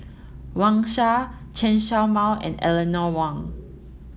Wang Sha Chen Show Mao and Eleanor Wong